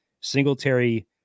Singletary